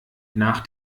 nach